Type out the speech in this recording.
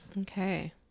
okay